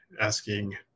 asking